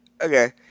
Okay